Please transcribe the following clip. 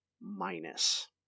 minus